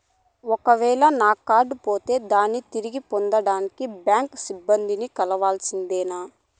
ఒక వేల నా కార్డు పోతే దాన్ని తిరిగి పొందేకి, బ్యాంకు సిబ్బంది ని కలవాల్సిందేనా?